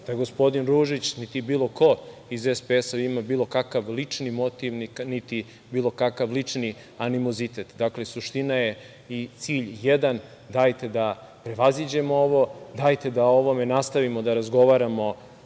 da gospodin Ružić, niti bilo ko iz SPS ima bilo kakav lični motiv, niti bilo kakav lični animozitet. Dakle, suština je i cilj jedan, dajte da prevaziđemo ovo, dajte da o ovome nastavimo da razgovaramo